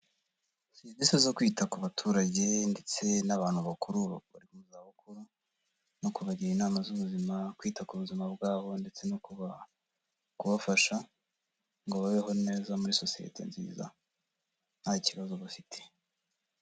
Serivisi zo kwita ku baturage ndetse n'abantu bakuru bari mu zabukuru, no kubagira inama z'ubuzima, kwita ku buzima bwabo ndetse no kubafasha ngo babeho neza muri sosiyete nziza nta kibazo bafite.